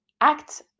act